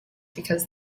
because